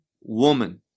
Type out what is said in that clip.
woman